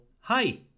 hi